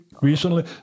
recently